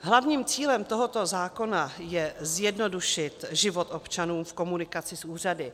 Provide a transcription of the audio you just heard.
Hlavním cílem tohoto zákona je zjednodušit život občanům v komunikaci s úřady.